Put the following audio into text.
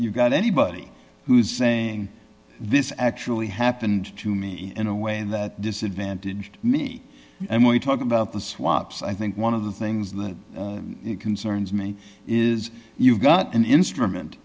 e got anybody who's saying this actually happened to me in a way that disadvantaged me and we talk about the swaps i think one of the things that concerns me is you've got an instrument